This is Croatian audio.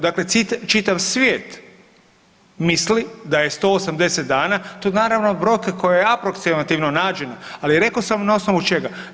Dakle čitav svijet misli da je 180 dana, to je naravno brojka koja je aproksimativno nađena, ali rekao sam na osnovu čega.